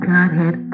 Godhead